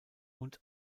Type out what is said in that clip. und